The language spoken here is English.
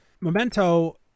Memento